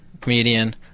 comedian